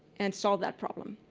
and solve that problem?